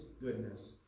goodness